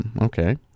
okay